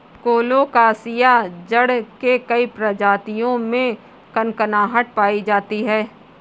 colocasia जड़ के कई प्रजातियों में कनकनाहट पायी जाती है